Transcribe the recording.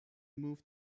move